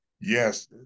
Yes